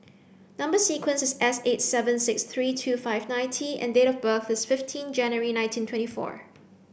number sequence is S eight seven six three two five nine T and date of birth is fifteen January nineteen twenty four